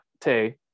Tay